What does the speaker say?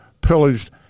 pillaged